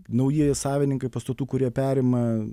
naujieji savininkai pastatų kurie perima